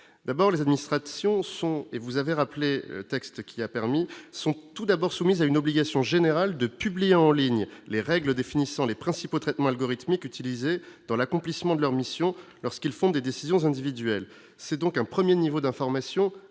d'abord les administrations sont et vous avez rappelé, texte qui a permis son tout d'abord soumise à une obligation générale de publier en ligne les règles définissant les principaux traitements algorithmique utilisés dans l'accomplissement de leur mission lorsqu'ils font des décisions individuelles, c'est donc un 1er niveau d'information